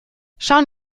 schauen